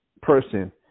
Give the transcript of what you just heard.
person